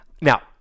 Now